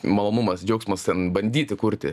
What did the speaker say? malonumas džiaugsmas ten bandyti kurti